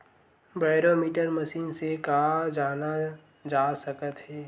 Barometer machine से का जाना जा सकत हे?